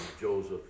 Joseph